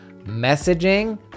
messaging